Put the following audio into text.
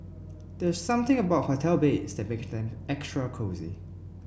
there's something about hotel beds that make them extra cosy